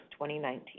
2019